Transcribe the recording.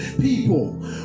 people